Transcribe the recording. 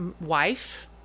wife